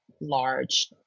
large